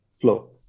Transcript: flow